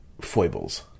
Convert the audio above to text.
foibles